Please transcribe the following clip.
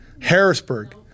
Harrisburg